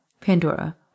Pandora